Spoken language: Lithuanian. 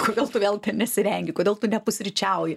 kodėl tu vėl nesirengi kodėl tu nepusryčiauji